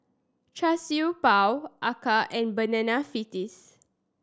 Char Siew Bao acar and Banana Fritters